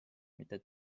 mitte